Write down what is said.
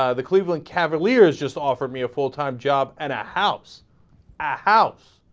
ah the cleveland cavaliers just offered me a full-time job an outhouse ackhouse